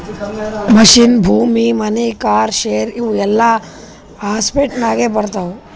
machine, ಭೂಮಿ, money, car, share ಇವು ಎಲ್ಲಾ ಅಸೆಟ್ಸನಾಗೆ ಬರ್ತಾವ